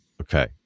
Okay